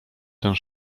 ten